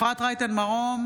אפרת רייטן מרום,